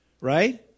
right